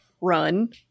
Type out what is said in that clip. run